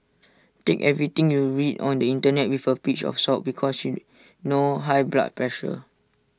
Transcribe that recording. take everything you read on the Internet with A pinch of salt because she know high blood pressure